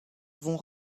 vont